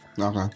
Okay